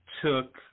took